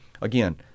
again